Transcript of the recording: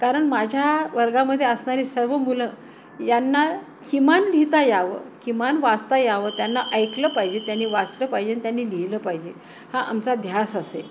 कारण माझ्या वर्गामध्येे असणारी सर्व मुलं यांना किमान लिहिता यावं किमान वाचता यावं त्यांना ऐकलं पाहिजे त्यांनी वाचलं पाहिजे अन त्यांनी लिहिलं पाहिजे हा आमचा ध्यास असे